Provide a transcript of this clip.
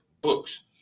books